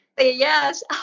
Yes